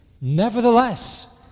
Nevertheless